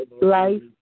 life